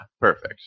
Perfect